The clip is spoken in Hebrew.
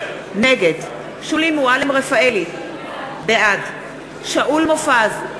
נגד שולי מועלם-רפאלי, בעד שאול מופז,